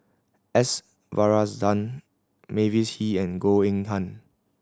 S Varathan Mavis Hee and Goh Eng Han